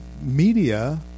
media